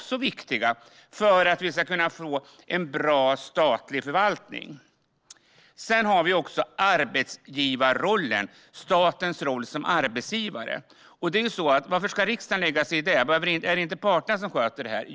De är viktiga för att vi ska få en bra statlig förvaltning. Dessutom har vi statens roll som arbetsgivare. Någon kanske undrar varför riksdagen ska lägga sig i detta. Är det inte parterna som sköter det här?